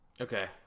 Okay